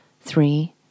three